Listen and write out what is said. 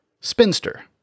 spinster